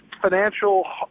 financial